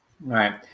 Right